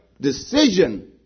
decision